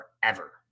forever